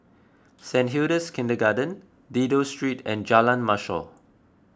Saint Hilda's Kindergarten Dido Street and Jalan Mashor